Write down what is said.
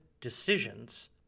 decisions